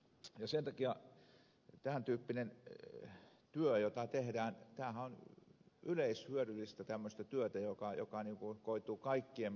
sen takia tämäntyyppinen työ jota tehdään on tämmöistä yleishyödyllistä työtä joka koituu kaikkien meidän hyväksi